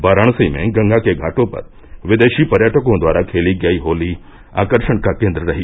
वाराणसी में गंगा के घाटो पर विदेशी पर्यटकों द्वारा खेली गयी होली आकर्षण का केन्द्र रही